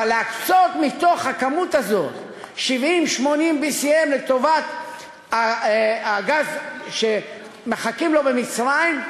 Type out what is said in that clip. אבל להקצות מתוך הכמות הזאת 70 80 BCM לטובת הגז שמחכים לו במצרים,